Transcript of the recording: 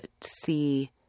see